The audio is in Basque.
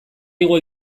igo